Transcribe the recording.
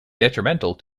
detrimental